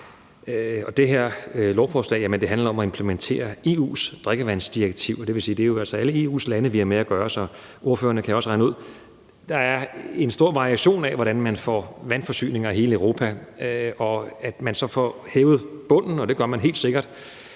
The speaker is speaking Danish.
Det her lovforslag handler om at implementere EU's drikkevandsdirektiv. Det vil sige, at det jo altså er alle EU's lande, vi har med at gøre. Så ordførerne kan også regne ud, at der i Europa er en stor variation i, hvordan man får vandforsyning. Man får så hævet bunden for kvaliteten af drikkevand